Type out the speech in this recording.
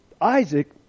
Isaac